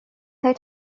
চাই